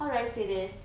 how do I say this